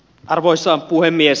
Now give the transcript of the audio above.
arvoisa puhemies